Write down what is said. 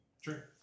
Sure